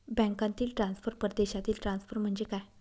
बँकांतील ट्रान्सफर, परदेशातील ट्रान्सफर म्हणजे काय?